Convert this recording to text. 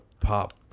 pop